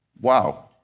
Wow